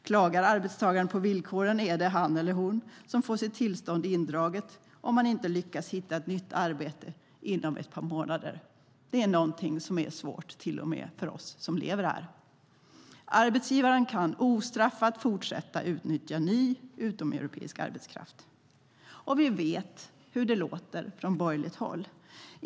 Klagar arbetstagaren på villkoren är det han eller hon som får sitt tillstånd indraget om man inte lyckas hitta ett nytt arbete inom ett par månader. Det är någonting som är svårt till och med för oss som lever här. Arbetsgivaren kan ostraffad fortsätta utnyttja ny utomeuropeisk arbetskraft. Vi vet hur det låter från borgerligt håll.